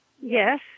Yes